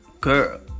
Girl